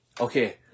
okay